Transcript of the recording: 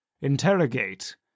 interrogate